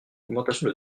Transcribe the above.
augmentation